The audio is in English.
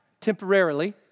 temporarily